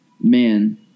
man